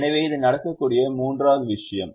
எனவே இது நடக்கக்கூடிய மூன்றாவது விஷயம்